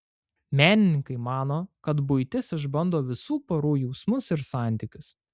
menininkai mano kad buitis išbando visų porų jausmus ir santykius